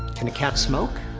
can a cat smoke?